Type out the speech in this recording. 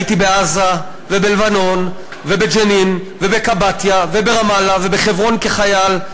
הייתי בעזה ובלבנון ובג'נין ובקבטיה וברמאללה ובחברון כחייל,